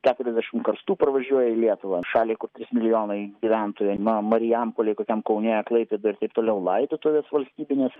keturiasdešimt karstų parvažiuoja į lietuvą šalį kur trys milijonai gyventojų na marijampolėj kokiam kaune klaipėdoj ir taip toliau laidotuvės valstybinės